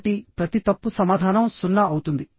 కాబట్టి ప్రతి తప్పు సమాధానం 0 అవుతుంది